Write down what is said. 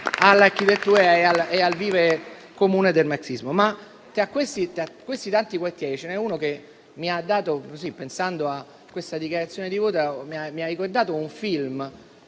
all'architettura e al vivere comune del marxismo. Tra questi tanti quartieri, ce n'è uno che, pensando a questa dichiarazione di voto, mi ha ricordato un film